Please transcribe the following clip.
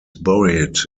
buried